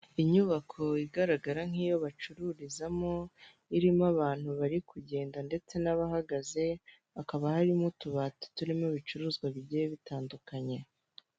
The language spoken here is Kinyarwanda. Inyubako igaragara nk'iyo bacururizamo, irimo abantu bari kugenda ndetse n'abahagaze, hakaba harimo utubati turimo ibicuruzwa bigiye bitandukanye.